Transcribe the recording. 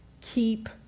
Keep